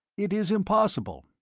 it is impossible.